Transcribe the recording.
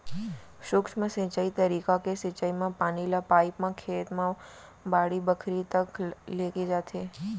सूक्ष्म सिंचई तरीका के सिंचई म पानी ल पाइप म खेत म बाड़ी बखरी तक लेगे जाथे